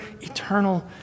eternal